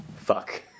Fuck